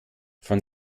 von